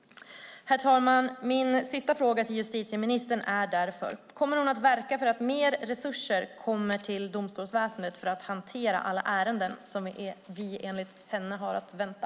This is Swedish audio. Herr talman! Min sista fråga till justitieministern är därför: Kommer hon att verka för att mer resurser kommer till domstolsväsendet för att hantera alla ärenden som vi enligt henne har att vänta?